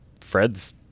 Fred's